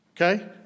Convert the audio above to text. Okay